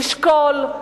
לשקול,